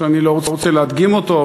שאני לא רוצה להדגים אותו,